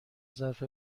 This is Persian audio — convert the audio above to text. ظرف